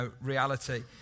reality